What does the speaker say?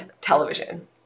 television